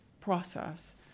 process